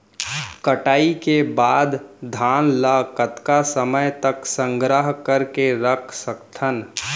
कटाई के बाद धान ला कतका समय तक संग्रह करके रख सकथन?